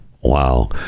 Wow